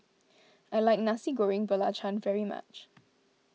I like Nasi Goreng Belacan very much